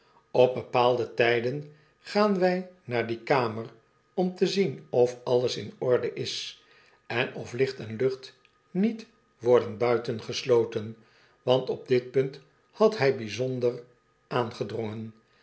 op bepaalde tyden gaan wjj naar die kamer om te zien of alles in orde is en of licht en lucht niet worden buitengesloten want op dit punt had hy bijzonder aangedrongen